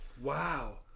wow